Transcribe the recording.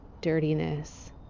dirtiness